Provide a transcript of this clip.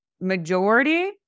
majority